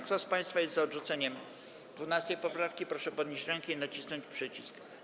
Kto z państwa jest za odrzuceniem 12. poprawki, proszę podnieść rękę i nacisnąć przycisk.